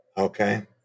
Okay